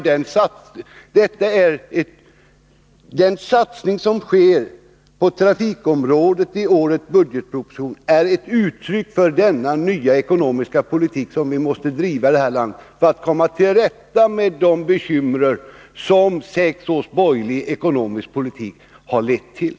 Den satsning som sker på trafikområdet i årets budgetproposition är ett uttryck för denna nya ekonomiska politik, som vi måste driva i landet för att komma till rätta med de bekymmer som sex års borgerlig ekonomisk politik har lett till.